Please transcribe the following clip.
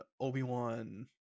Obi-Wan